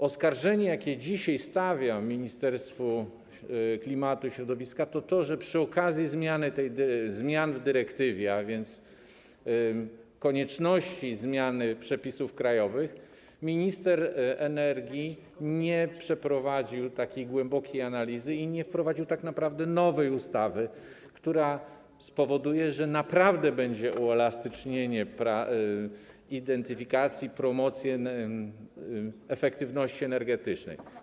Oskarżenie, które dzisiaj stawiam Ministerstwu Klimatu i Środowiska, jest takie, że przy okazji zmian w dyrektywie, a więc konieczności zmiany przepisów krajowych, minister energii nie przeprowadził głębokiej analizy i nie wprowadził nowej ustawy, która spowoduje, że naprawdę będzie uelastycznienie identyfikacji, promocji efektywności energetycznej.